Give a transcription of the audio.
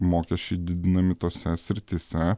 mokesčiai didinami tose srityse